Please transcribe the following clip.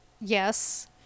Yes